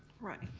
right.